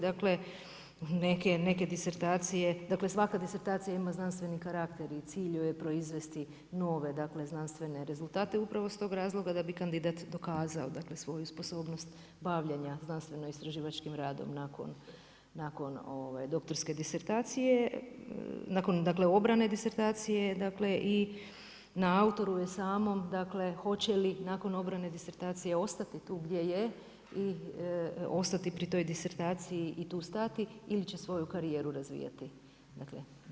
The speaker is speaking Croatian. Dakle, neke disertacije, dakle svaka disertacija ima znanstveni karakter i cilj joj je proizvesti nove znanstvene rezultate upravo iz tog razloga da bi kandidat dokazao svoju sposobnost bavljenja znanstveno-istraživačkim radom nakon doktorske disertacije, nakon obrane disertacije i na autoru je samom hoće li nakon obrane disertacije ostati tu gdje je i ostati pri toj disertaciji i tu stati ili će svoju karijeru razvijati dalje.